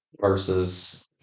versus